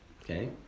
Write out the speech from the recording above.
okay